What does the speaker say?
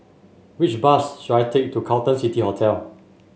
which bus should I take to Carlton City Hotel